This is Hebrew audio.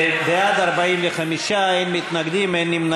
(תיקון, זכויות נשים ששהו במקלט לנשים מוכות),